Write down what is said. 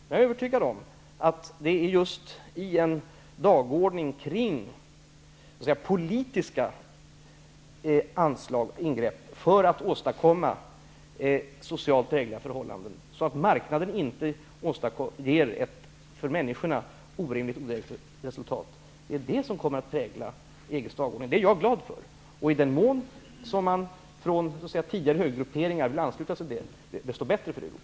Jag är övertygad om att EG:s dagordning kommer att präglas av just politiska anslag och ingrepp för att åstadkomma socialt drägliga förhållanden så att marknaden inte ger ett för människorna orimligt resultat. Det är jag glad för. I den mån man från så att säga tidigare högergrupperingar vill ansluta sig till detta, desto bättre för Europa.